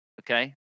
Okay